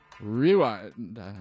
Rewind